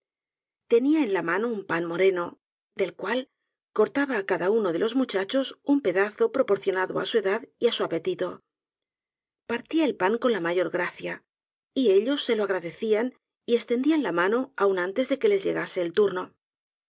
tenia en la mano un pan moreno del cual cortaba á cada uno de los muchachos un pedazo proporcionado á su edad y á su apetito partia el pan con la mayor gracia y ellos se lo agradecían y estendían la mano aun antes de que les llegase su turno